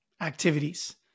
activities